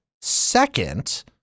Second